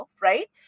right